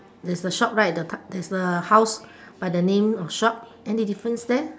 there's a shop right at the p~ there's a house by the name of shop any difference there